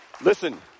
Listen